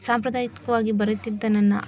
ಸಾಂಪ್ರದಾಯಿಕವಾಗಿ ಬರೀತಿದ್ದ ನನ್ನ